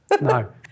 No